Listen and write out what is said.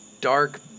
dark